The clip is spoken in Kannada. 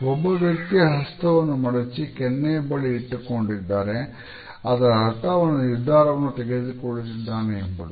ಒಬ್ಬ ವ್ಯಕ್ತಿ ಹಸ್ತವನ್ನು ಮಡಚಿ ಕೆನ್ನೆ ಬಳಿ ಇಟ್ಟುಕೊಂಡಿದ್ದರೆ ಅದರ ಅರ್ಥ ಅವನು ನಿರ್ಧಾರವನ್ನು ತೆಗೆದುಕೊಳ್ಳುತ್ತಿದ್ದಾನೆ ಎಂಬುದು